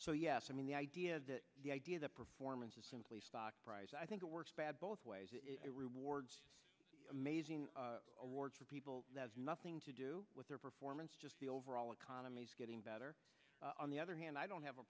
so yes i mean the idea that the idea that performance is simply stock price i think it works bad both ways rewards amazing awards for people nothing to do with their performance just the overall economy's getting better on the other hand i don't have a